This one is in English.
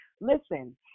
listen